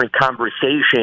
conversation